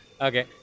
Okay